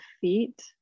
feet